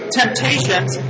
temptations